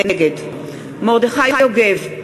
נגד מרדכי יוגב,